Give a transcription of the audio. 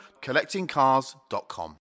CollectingCars.com